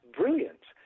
brilliant